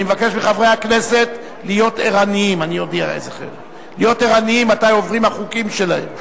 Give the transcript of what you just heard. אני מבקש מחברי הכנסת להיות ערניים מתי עוברים החוקים שלהם.